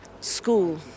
school